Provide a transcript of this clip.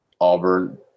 Auburn